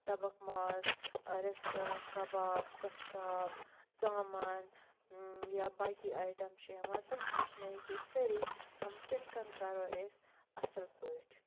تَبَکھ ماز رِستہٕ کَباب گۄشتاب ژامَن یا باقٕے اَیٹَم چھِ یِوان تِم ہیٚچھنٲیِکھ أسۍ سٲری یِم کِتھٕ کٔنۍ کَرو أسۍ اصٕل پٲٹھۍ